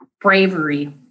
bravery